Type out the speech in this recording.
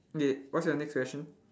okay what's your next question